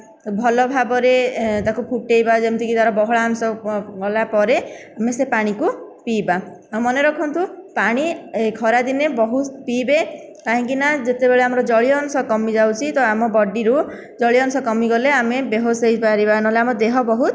ଭଲଭାବରେ ତାକୁ ଫୁଟେଇବା ଯେମିତିକି ତାର ବହଳା ଅଂଶ ଗଲା ପରେ ଆମେ ସେ ପାଣିକୁ ପିଇବା ଆଉମାନେ ରଖନ୍ତୁ ପାଣି ଖରାଦିନେ ବହୁତ ପିଇବେ କାହିଁକିନା ଯେତେବେଳେ ଆମର ଜଳୀୟ ଅଂଶ କମିଯାଉଛି ତ ଆମ ବଡ଼ିରୁ ଜଳିୟ ଅଂଶ କମିଗଲେ ଆମେ ବେହୋଶ ହୋଇପାରିବା ନହେଲେ ଆମର ଦେହ ବହୁତ